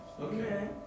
Okay